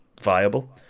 viable